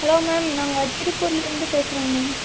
hello ma'am நாங்கள் திருப்பூர்லிருந்து பேசுகிறோம் மேம்